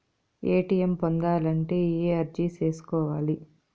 ATM పొందాలంటే ఎలా అర్జీ సేసుకోవాలి?